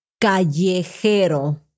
Callejero